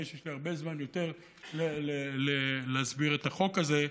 שיש לי הרבה יותר זמן להסביר את החוק הזה.